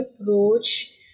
approach